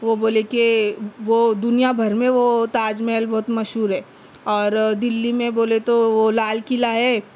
وہ بولے کہ وہ دُنیا بھر میں وہ تاج محل بہت مشہور ہے اور دِلی میں بولے تو وہ لال قلعہ ہے